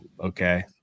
Okay